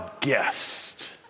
guest